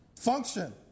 function